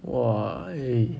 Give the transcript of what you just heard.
!wah! eh